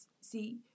see